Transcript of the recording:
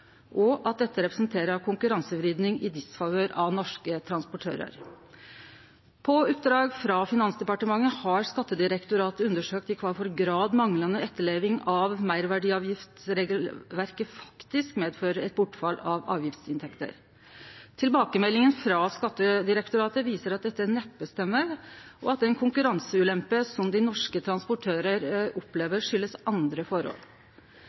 transportørar. På oppdrag frå Finansdepartementet har Skattedirektoratet undersøkt i kva for grad manglande etterleving av meirverdiavgiftsregelverket faktisk medfører eit bortfall av avgiftsinntekter. Tilbakemeldinga frå Skattedirektoratet viser at dette neppe stemmer, og at den konkurranseulempa som dei norske transportørane opplever, kjem av andre forhold.